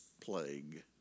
plague